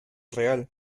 real